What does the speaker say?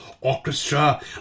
Orchestra